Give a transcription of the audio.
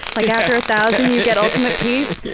like after a thousand you get ultimate peace?